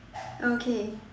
okay